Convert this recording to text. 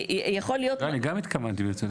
יכול להיות --- לא, אני גם התכוונתי ברצינות.